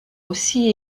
aussi